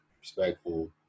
respectful